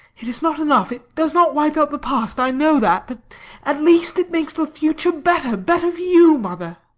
it is not enough. it does not wipe out the past, i know that. but at least it makes the future better, better for you, mother.